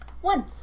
One